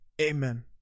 Amen